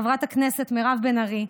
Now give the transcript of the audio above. חברת הכנסת מירב בן ארי,